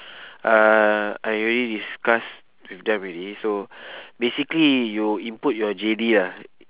uh I already discussed with them already so basically you input your J_D ah